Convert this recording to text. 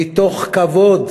מתוך כבוד,